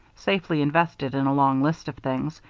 safely invested in a long list of things,